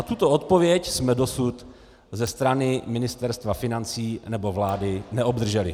Tuto odpověď jsme dosud ze strany Ministerstva financí nebo vlády neobdrželi.